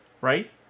Right